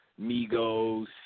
Migos